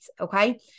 okay